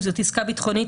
אם זאת עסקה ביטחונית,